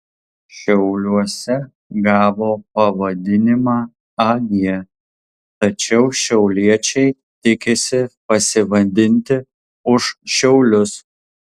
šiauliuose gavo pavadinimą ag tačiau šiauliečiai tikisi pasivadinti už šiaulius